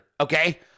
okay